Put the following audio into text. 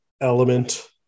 element